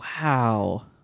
wow